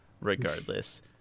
regardless